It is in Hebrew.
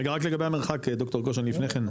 רגע רק לגבי המרחק ד"ר גושן לפני כן,